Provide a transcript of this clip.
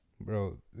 bro